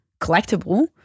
collectible